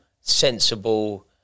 sensible